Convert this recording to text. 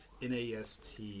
NAST